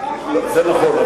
זה נכון,